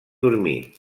dormir